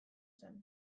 zen